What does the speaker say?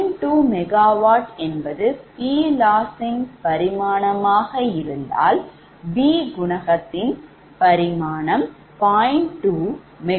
2 MW என்பது PLoss ன் பரிமாணமாக இருந்தால் B குணகத்தின் பரிமாணம் 0